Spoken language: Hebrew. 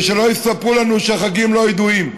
ושלא יספרו לנו שהחגים לא ידועים,